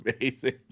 amazing